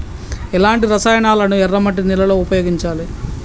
ఎలాంటి రసాయనాలను ఎర్ర మట్టి నేల లో ఉపయోగించాలి?